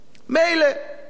אם ראש הממשלה היה רק